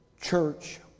church